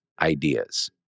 ideas